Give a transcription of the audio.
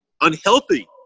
Unhealthy